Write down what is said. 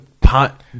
pot